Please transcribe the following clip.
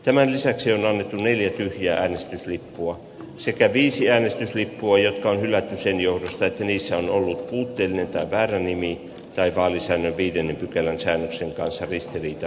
tämän lisäksi on neljäkymppiä äänestyslippua sekä viisi äänestyslippua jotka näkisin joukosta niissä on ollut kilttinä tai väärä nimi aikalisän ja viidennen pykälän säännösten kanssa ristiriita